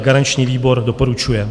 Garanční výbor doporučuje.